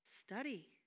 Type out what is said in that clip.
study